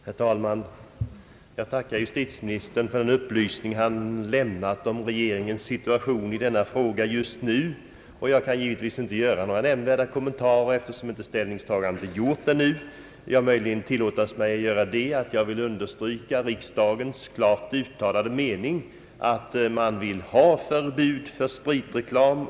Herr talman! Jag tackar justitieministern för den upplysning han lämnat om regeringens situation i denna fråga just nu. Jag kan givetvis inte göra några nämnvärda kommentarer, eftersom regeringen ännu inte tagit ställning. Möjligen kan jag understryka riksdagens klart uttalade önskan om förbud mot spritreklam.